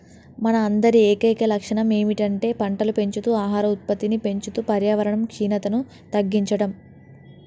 మన అందరి ఏకైక లక్షణం ఏమిటంటే పంటలు పెంచుతూ ఆహార ఉత్పత్తిని పెంచుతూ పర్యావరణ క్షీణతను తగ్గించడం